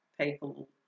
people